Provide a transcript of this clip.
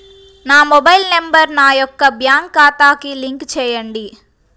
నా mobile number నా యొక్క బ్యాంక్ ఖాతాకి లింక్ చేయండీ?